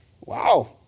Wow